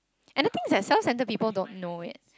and the thing is that self centred people don't know it